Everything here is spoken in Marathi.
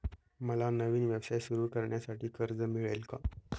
मला नवीन व्यवसाय सुरू करण्यासाठी कर्ज मिळेल का?